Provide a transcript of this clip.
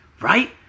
right